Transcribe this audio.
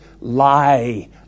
lie